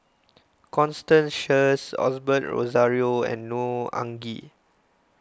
Constance Sheares Osbert Rozario and Neo Anngee